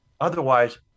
Otherwise